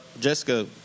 Jessica